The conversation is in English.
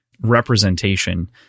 representation